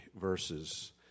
verses